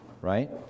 right